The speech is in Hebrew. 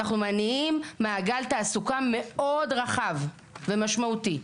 אנחנו מניעים מעגל תעסוקה מאוד רחב ומשמעותי.